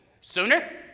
sooner